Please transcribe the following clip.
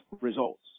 results